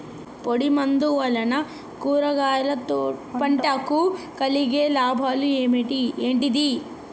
పొడిమందు వలన కూరగాయల పంటకు కలిగే లాభాలు ఏంటిది?